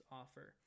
offer